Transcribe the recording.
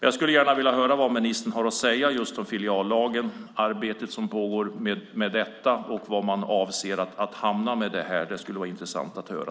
Jag skulle gärna vilja höra vad ministern har att säga om arbetet som pågår med filiallagen och var man avser att hamna med det. Det skulle vara intressant att höra.